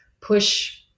push